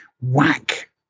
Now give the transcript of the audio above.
Whack